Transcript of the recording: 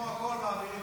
--- כמו הכול, מעבירים